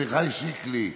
עמיחי שקלי,